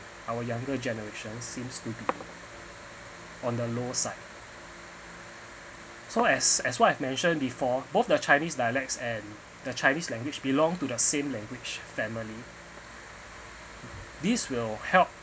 our younger generations seems to be on the low side so as as what I've mentioned before both the chinese dialects and the chinese language belong to the same language family this will help